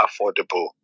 affordable